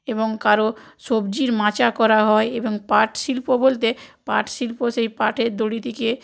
এবং কারো সবজির মাচা করা হয় এবং পাট শিল্প বলতে পাট শিল্প সেই পাটের দড়ি থেকে